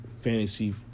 fantasy